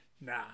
nah